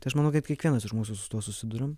tai aš manau kaip kiekvienas iš mūsų su tuo susiduriam